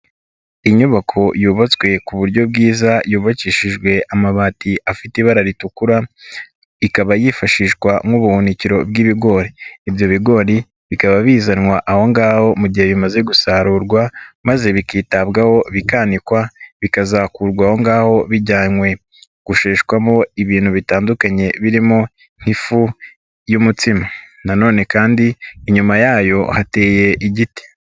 Inyubako yubatswe ku buryo bwiza, yubakishijwe amabati afite ibara ritukura, ikaba yifashishwa nk'ubuhunikiro bw'ibigori, ibyo bigori bikaba bizanwa aho ngaho mu gihe bimaze gusarurwa maze bikitabwaho, bikanikwa, bikazakurwa aho ngaho bijyanwe gusheshwamo ibintu bitandukanye birimo nk'ifu y'umutsima, na none kandi inyuma yayo hateye igiti.